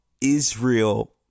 Israel